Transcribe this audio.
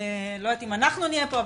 אנ לא יודעת אם אנחנו נהיה פה,